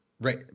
right